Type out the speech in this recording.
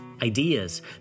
ideas